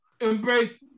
embrace